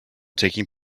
taking